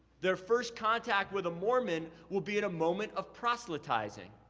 there first contact with a mormon will be at a moment of proselytizing.